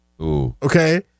okay